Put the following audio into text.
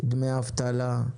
דמי אבטלה,